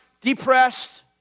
depressed